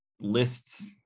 lists